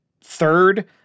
third